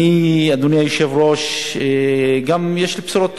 אדוני היושב-ראש, יש לי גם בשורות טובות.